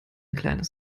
kleines